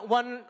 one